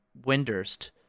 Windurst